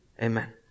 Amen